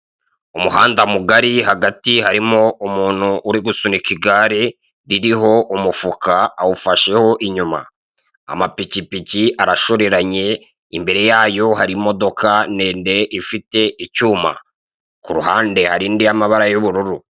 Umuhanda mugari hagati harimo umuntu uri gusunika igare ririho umufuka awufasheho inyuma. Amapikipiki arashoreranye imbere yayo hari imodoka ndende ifite icyuma. Kuruhande hari indi y'amabara y'ubururu.